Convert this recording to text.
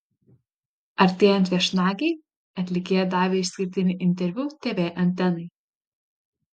artėjant viešnagei atlikėja davė išskirtinį interviu tv antenai